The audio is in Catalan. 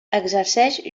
exerceix